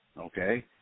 okay